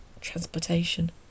transportation